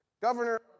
governor